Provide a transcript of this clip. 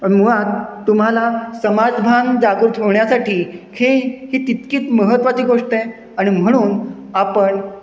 मुळात तुम्हाला समाजभान जागृत होण्यासाठी खेळ ही तितकीच महत्वाची गोष्ट आहे आणि म्हणून आपण